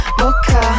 boca